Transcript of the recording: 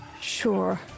Sure